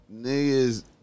Niggas